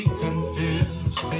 confused